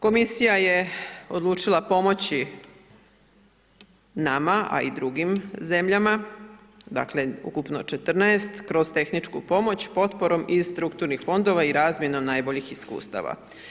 Komisija je odlučila pomoći nama, a i drugim zemljama, dakle ukupno 14 kroz tehničku pomoć potporom iz strukturnih fondova i razmjenom najboljih iskustava.